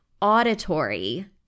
auditory